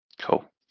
Cool